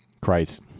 Christ